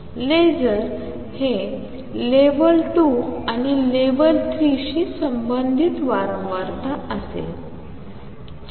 laser हे level 2 आणि level 3 शी संबंधित वारंवारता असेल